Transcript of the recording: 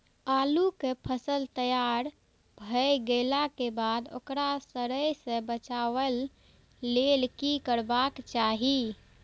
आलू केय फसल तैयार भ गेला के बाद ओकरा सड़य सं बचावय लेल की करबाक चाहि?